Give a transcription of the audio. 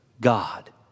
God